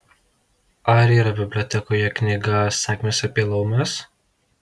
ar yra bibliotekoje knyga sakmės apie laumes